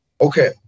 Okay